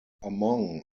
among